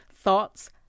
thoughts